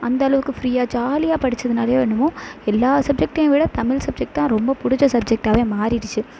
அந்தளவுக்கு ஃப்ரீயாக ஜாலியாக படித்ததுனாலையோ என்னமோ எல்லா சப்ஜெக்ட்டேயும் விட தமிழ் சப்ஜெக்ட் தான் ரொம்ப பிடிச்ச சப்ஜெக்டாகவே மாறிடுச்சு